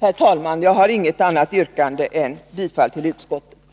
Herr talman! Jag har inget annat yrkande än om bifall till utskottets hemställan.